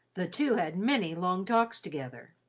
the two had many long talks together,